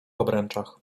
obręczach